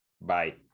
Bye